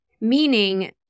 meaning